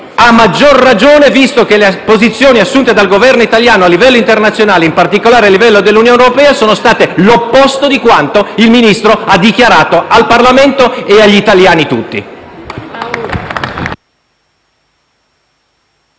a maggior ragione visto che le posizioni assunte dal Governo italiano a livello internazionale e in particolare a livello dell'Unione europea sono state l'opposto di quanto il Ministro ha dichiarato al Parlamento e agli italiani tutti.